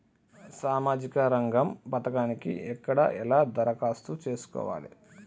సామాజిక రంగం పథకానికి ఎక్కడ ఎలా దరఖాస్తు చేసుకోవాలి?